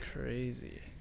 crazy